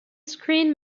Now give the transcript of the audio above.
screen